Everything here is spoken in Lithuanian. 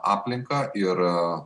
aplinką ir